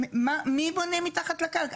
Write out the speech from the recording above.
מי בונה מתחת לקרקע?